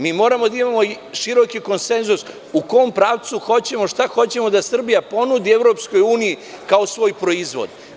Mi moramo da imamo široki konsenzus u kom pravcu hoćemo, šta hoćemo da Srbija ponudi EU kao svoj proizvod.